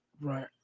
Right